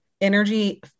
energy